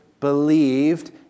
believed